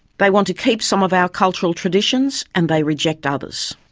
they want to keep some of our cultural traditions, and they reject others.